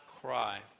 Cry